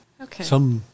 Okay